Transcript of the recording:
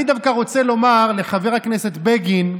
אני דווקא רוצה לומר לחבר הכנסת בגין,